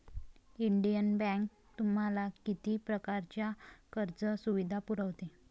Indian bank तुम्हाला किती प्रकारच्या कर्ज सुविधा पुरवते?